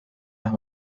las